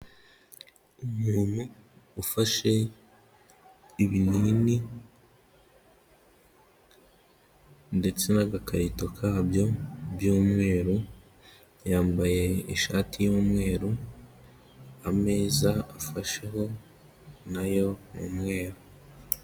Umuntu ufashe ibinini, ndetse n'agakarito kabyo, by'umweru, yambaye ishati y'umweru, ameza afasheho na yo ni umweru.